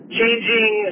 changing